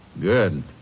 Good